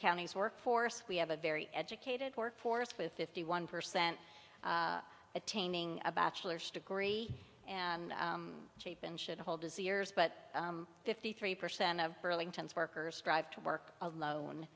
counties workforce we have a very educated workforce with fifty one percent attaining a bachelor's degree and cheap and should hold his ears but fifty three percent of burlington's workers drive to work alone